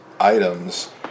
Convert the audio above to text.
items